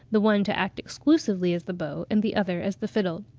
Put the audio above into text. the one to act exclusively as the bow, and the other as the fiddle.